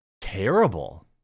terrible